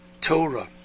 Torah